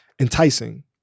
enticing